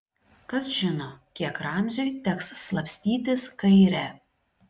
kas žino kiek ramziui teks slapstytis kaire